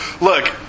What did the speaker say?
look